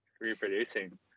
Reproducing